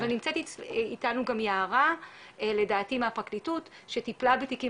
אבל נמצאת איתנו גם יערה לדעתי מהפרקליטות שטיפה בתיקים